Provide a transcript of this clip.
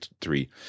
three